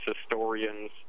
historians